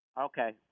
Okay